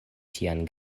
sian